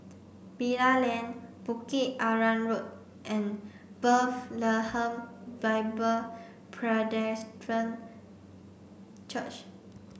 Bilal Lane Bukit Arang Road and Bethlehem Bible Presbyterian Church